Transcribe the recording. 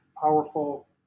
powerful